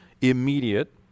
immediate